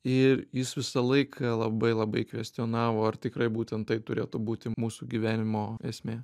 ir jis visą laiką labai labai kvestionavo ar tikrai būtent tai turėtų būti mūsų gyvenimo esmė